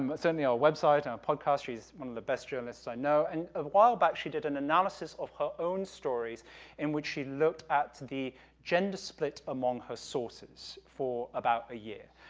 um certainly our website and our padcast, she's one of the best journalists i know, and awhile back, she did an analysis of her own stories in which she looked at the gender split among her sources for about a year,